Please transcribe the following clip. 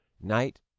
night